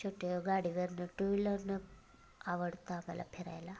छोट्या गाडीवरनं टुव्हीलरनं आवडतं आम्हाला फिरायला